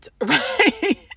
right